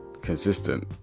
consistent